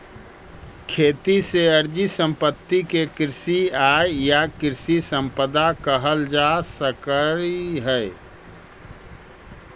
खेती से अर्जित सम्पत्ति के कृषि आय या कृषि सम्पदा कहल जा सकऽ हई